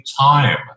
time